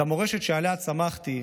את המורשת שעליה צמחתי,